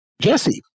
Jesse